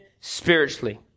spiritually